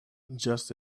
just